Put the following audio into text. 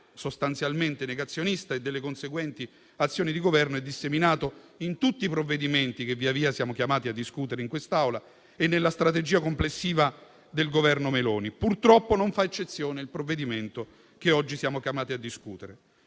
sostanzialmente negazionista, e delle conseguenti azioni di Governo è disseminato in tutti i provvedimenti che via via siamo stati chiamati a discutere in quest'Aula e nella strategia complessiva del Governo Meloni. Purtroppo non fa eccezione il provvedimento che oggi siamo chiamati a discutere.